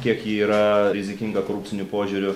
kiek ji yra rizikinga korupciniu požiūriu